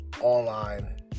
online